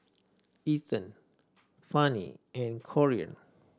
Ethen Fannie and Corean